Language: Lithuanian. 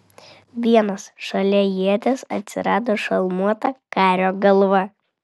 vienas šalia ieties atsirado šalmuota kario galva